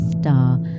star